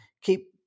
keep